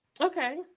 okay